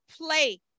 play